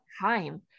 time